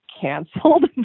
canceled